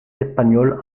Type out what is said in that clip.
espagnols